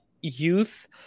youth